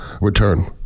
return